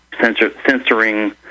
censoring